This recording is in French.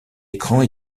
écrans